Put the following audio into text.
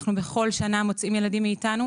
אנחנו בכל שנה מוציאים ילדים מאיתנו,